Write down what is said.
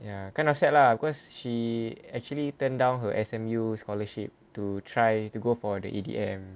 ya kind of sad lah cause she actually turned down her S_M_U scholarship to try to go for the A_D_M